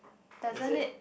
doesn't it